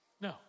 No